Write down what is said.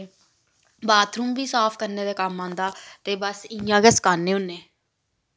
bathroom बी साफ करने दे कम्म आंदा ते बस इ'यां गै सकाने होन्ने